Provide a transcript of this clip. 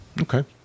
okay